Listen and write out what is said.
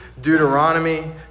Deuteronomy